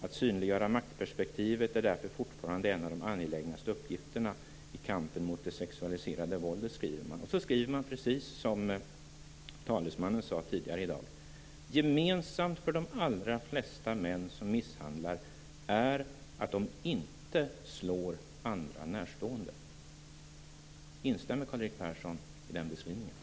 Att synliggöra maktperspektivet är därför fortfarande en av de angelägnaste uppgifterna i kampen mot det sexualiserade våldet, skriver man. Och så skriver man precis som talesmannen sade tidigare i dag: Gemensamt för de allra flesta män som misshandlar är att de inte slår andra närstående. Instämmer Karl-Erik Persson i den beskrivningen?